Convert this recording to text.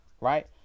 right